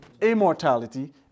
immortality